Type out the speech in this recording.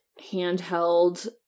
handheld